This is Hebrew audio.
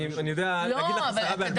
אני יודע להגיד לך עשרה בעל פה.